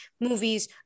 movies